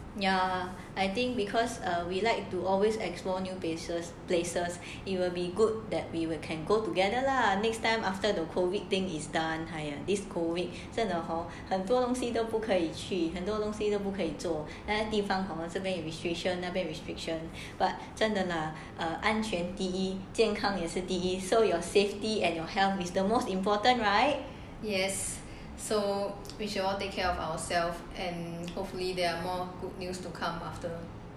ya I think because err we like to always explore new places places it will be good that we can go together lah next time after the COVID is done !aiya! this COVID 真的 hor 很多东西都不可以去很多东西都不可以做那个地方 hor 这边 restriction 那边 restriction but 真的 lah err 安全第一健康也是第一 so your safety at your health is the most important right